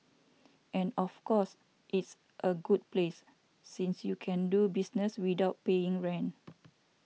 and of course it's a good place since you can do business without paying rent